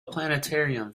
planetarium